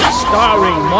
starring